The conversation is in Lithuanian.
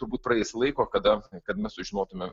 turbūt praeis laiko kada kad mes sužinotume